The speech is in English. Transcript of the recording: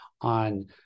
on